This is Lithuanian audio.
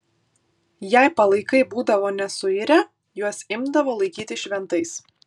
jei palaikai būdavo nesuirę juos imdavo laikyti šventais